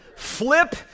flip